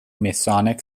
masonic